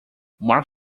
mark